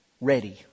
Ready